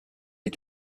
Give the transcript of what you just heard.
est